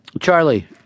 Charlie